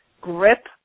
grip